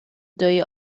ddwy